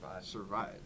Survive